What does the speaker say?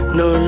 no